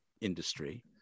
industry